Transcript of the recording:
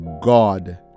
God